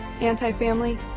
anti-family